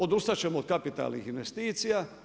Odustat ćemo od kapitalnih investicija.